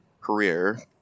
career